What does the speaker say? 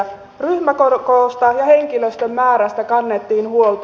ryhmäkoosta ja henkilöstön määrästä kannettiin huolta